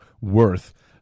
worth